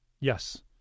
Yes